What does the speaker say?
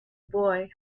boy